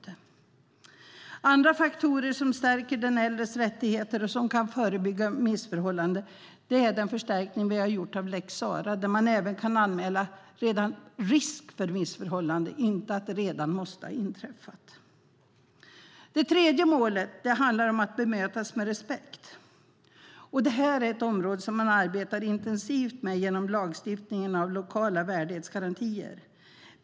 En annan faktor som stärker de äldres rättigheter och kan förebygga missförhållanden är den förstärkning vi gjort av lex Sarah. Där kan man nu även anmäla risk för missförhållanden, inte att något först måste ha inträffat. Det tredje målet handlar om att människor ska bemötas med respekt. Det är ett område man arbetar intensivt med genom lagstiftningen om lokala värdighetsgarantier.